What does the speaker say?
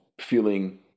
feeling